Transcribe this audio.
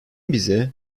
bize